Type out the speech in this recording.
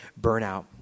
burnout